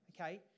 okay